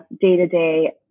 day-to-day